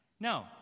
No